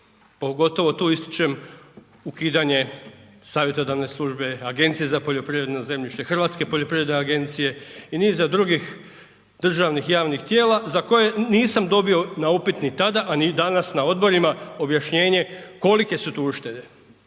pogotovo tu ističem ukidanjem savjetodavne službe, Agencije za poljoprivredno zemljište, Hrvatske poljoprivredne agencije i niza drugih državnih i javnih tijela za koje nisam dobio na upit ni tada, a ni danas na odborima, objašnjenje kolike su tu uštede,